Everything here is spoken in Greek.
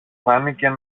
φάνηκε